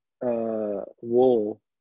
wool